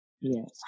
Yes